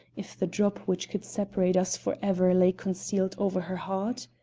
if the drop which could separate us for ever lay concealed over her heart?